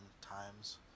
times